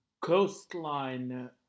Coastline